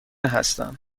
هستم